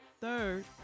Third